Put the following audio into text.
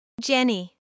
Jenny